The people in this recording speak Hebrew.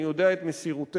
אני יודע את מסירותך,